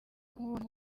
kumubona